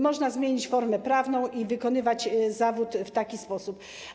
Można zmienić formę prawną i wykonywać zawód w taki sposób.